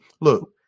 look